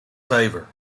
favour